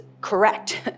correct